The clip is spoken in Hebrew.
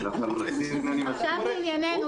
למה משרד הבריאות דוחף להחזיר אותם לרשות הפלסטינית,